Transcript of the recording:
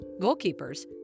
goalkeepers